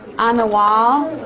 on the wall?